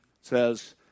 says